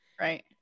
Right